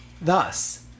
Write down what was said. thus